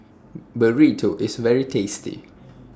Burrito IS very tasty